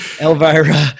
Elvira